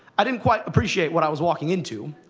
i didn't quite appreciate what i was walking into.